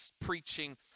preaching